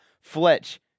Fletch